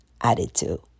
Attitude